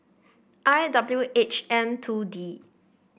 I W H M two D